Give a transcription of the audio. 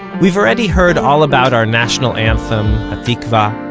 we've already heard all about our national anthem, hatikvah,